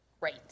Great